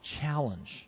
challenge